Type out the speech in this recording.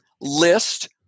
list